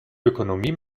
ökonomie